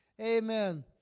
Amen